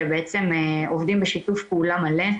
שבעצם עובדים בשיתוף פעולה מלא.